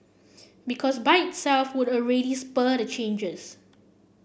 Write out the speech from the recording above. because by itself would already spur the changes